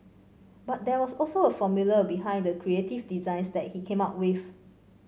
but there was also a formula behind the creative designs that he came up with